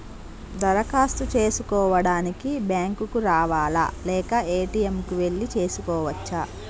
దరఖాస్తు చేసుకోవడానికి బ్యాంక్ కు రావాలా లేక ఏ.టి.ఎమ్ కు వెళ్లి చేసుకోవచ్చా?